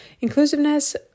inclusiveness